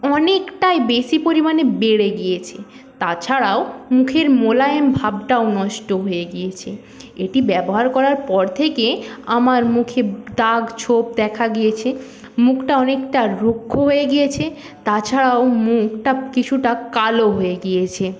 অনেকটাই বেশী পরিমাণে বেড়ে গিয়েছে তাছাড়াও মুখের মোলায়েম ভাবটাও নষ্ট হয়ে গিয়েছে এটি ব্যবহার করার পর থেকে আমার মুখে দাগ ছোপ দেখা গিয়েছে মুখটা অনেকটা রুক্ষ হয়ে গিয়েছে তাছাড়াও মুখটা কিছুটা কালো হয়ে গিয়েছে